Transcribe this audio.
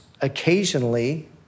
occasionally